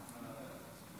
תודה רבה,